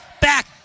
Back